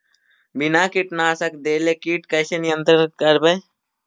बिना कीटनाशक देले किट कैसे नियंत्रन करबै?